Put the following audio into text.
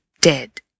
dead